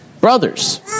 brothers